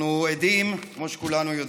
אנחנו עדים בשבועות האחרונים, כמו שכולנו יודעים,